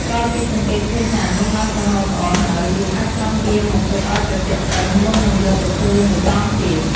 ក្រោយពីសង្កេតឃើញថានំឡើងក្រហមល្អហើយ យើងអាចស្រង់វាមកទុកឲ្យត្រជាក់សិន មុននឹងយកទៅធ្វើមួយតង់ទៀត។